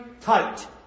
tight